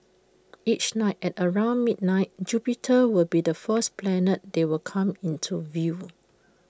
each night at around midnight Jupiter will be the first planet they will come into view